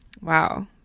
Wow